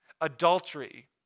Adultery